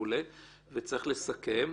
וצריך לסכם,